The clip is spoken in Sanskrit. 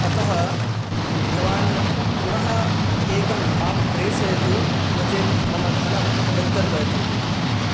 अतः भवान् पुनः एकं मां प्रेषयतु नोचेत् मम धनं प्रत्यर्पयतु इति